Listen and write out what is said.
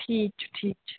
ٹھیٖک چھُ ٹھیٖک چھُ